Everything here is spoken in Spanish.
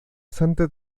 santa